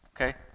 Okay